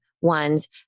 ones